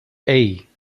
hey